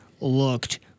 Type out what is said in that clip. looked